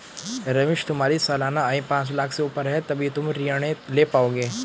रमेश तुम्हारी सालाना आय पांच लाख़ से ऊपर है तभी तुम ऋण ले पाओगे